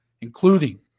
including